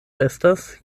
estas